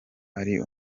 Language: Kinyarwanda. ari